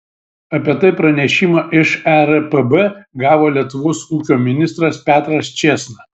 apie tai pranešimą iš erpb gavo lietuvos ūkio ministras petras čėsna